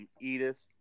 Edith